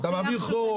אתה מעביר חוק,